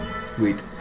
Sweet